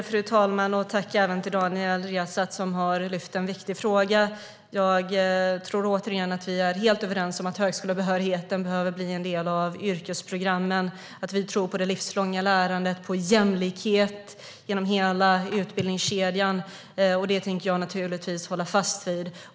Fru talman! Jag tackar Daniel Riazat, som har lyft fram en viktig fråga. Återigen tror jag att vi är helt överens om att högskolebehörigheten behöver bli en del av yrkesprogrammen. Vi tror på det livslånga lärandet och på jämlikhet genom hela utbildningskedjan. Det tänker jag naturligtvis hålla fast vid.